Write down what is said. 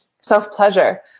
self-pleasure